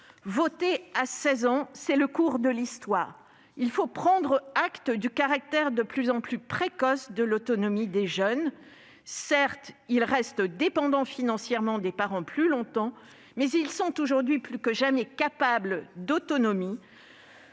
Voter à 16 ans, c'est le cours de l'Histoire. Il faut prendre acte du caractère de plus en plus précoce de l'autonomie des jeunes. Certes, ils restent dépendants financièrement des parents plus longtemps, mais ils sont aujourd'hui plus que jamais capables d'autonomie